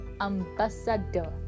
ambassador